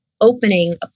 opening